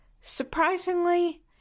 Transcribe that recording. Surprisingly